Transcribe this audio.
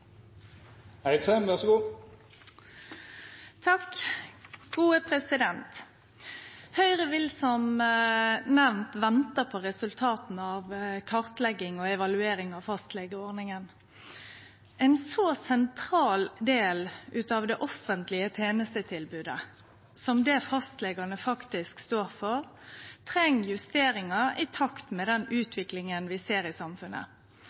fastlegeordninga. Ein så sentral del av det offentlege tenestetilbodet som det fastlegane faktisk står for, treng justeringar i takt med den utviklinga vi ser i samfunnet.